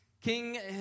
King